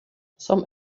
some